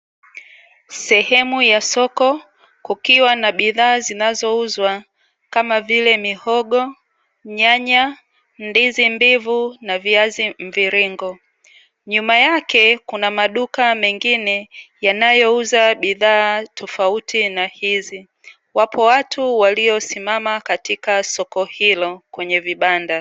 Sehemu ya soko kukiwa na bidhaa zinazouzwa, kama vile mihogo, nyanya, ndizi mbivu na viazi mviringo. Nyuma yake kuna maduka mengine, yanayouza bidhaa tofauti na hizi. Wapo watu waliosimama katika soko hilo kwenye vibanda.